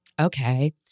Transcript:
Okay